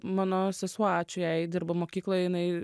mano sesuo ačiū jai dirba mokykloj jinai